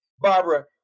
Barbara